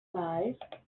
five